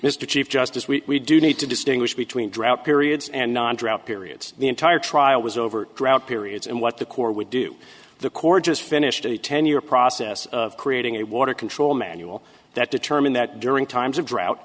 mr chief justice we do need to distinguish between drought periods and non drought periods the entire trial was over drought periods and what the corps would do the corps just finished a ten year process of creating a water control manual that determine that during times of drought